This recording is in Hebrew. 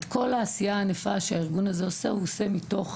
את כל העשייה הענפה שהארגון הזה עושה הוא עושה מתוך